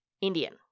Indian